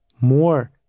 more